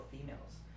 females